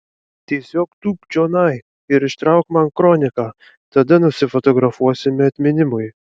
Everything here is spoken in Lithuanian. tiesiog tūpk čionai ir ištrauk man kroniką tada nusifotografuosime atminimui